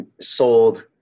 sold